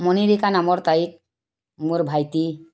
মনিৰিকা নামৰ তাই মোৰ ভাইটি